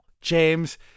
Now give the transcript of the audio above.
James